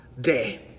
day